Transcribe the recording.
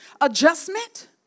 adjustment